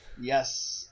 Yes